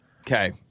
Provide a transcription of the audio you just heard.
Okay